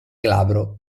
glabro